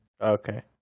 Okay